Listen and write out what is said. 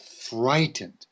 frightened